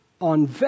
on